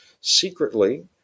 secretly